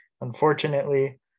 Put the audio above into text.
unfortunately